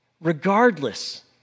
regardless